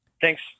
Thanks